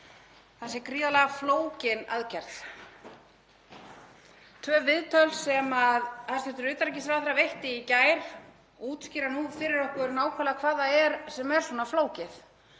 Það sé gríðarlega flókin aðgerð. Tvö viðtöl sem hæstv. utanríkisráðherra veitti í gær útskýra fyrir okkur nákvæmlega hvað það er sem er svona flókið.